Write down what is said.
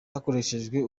hakoreshejwe